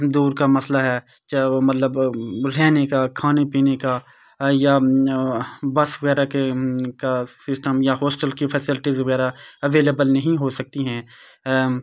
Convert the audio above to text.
دور کا مسئلہ ہے چاہے وہ مطلب رہنے کا کھانے پینے کا یا بس وغیرہ کے کا سسٹم یا ہاسٹل کی فسیلٹیز وغیرہ اویلیبل نہیں ہو سکتی ہیں